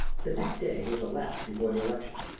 the next day was the last before the election.